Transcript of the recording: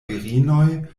virinoj